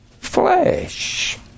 flesh